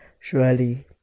Surely